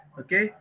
okay